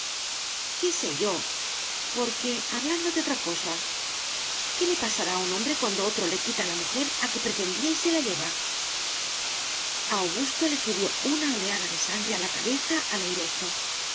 qué sé yo porque hablando de otra cosa qué le pasará a un hombre cuando otro le quita la mujer a que pretendía y se la lleva a augusto le subió una oleada de sangre a la cabeza al oir esto